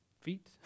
feet